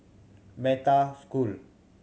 Metta School